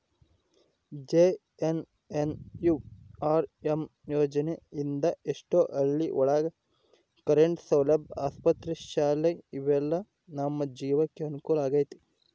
JNNURM ಯೋಜನೆ ಇಂದ ಎಷ್ಟೋ ಹಳ್ಳಿ ಒಳಗ ಕರೆಂಟ್ ಸೌಲಭ್ಯ ಆಸ್ಪತ್ರೆ ಶಾಲೆ ಇವೆಲ್ಲ ನಮ್ ಜೀವ್ನಕೆ ಅನುಕೂಲ ಆಗೈತಿ